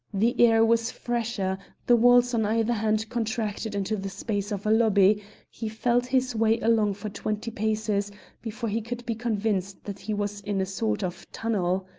the air was fresher the walls on either hand contracted into the space of a lobby he felt his way along for twenty paces before he could be convinced that he was in a sort of tunnel.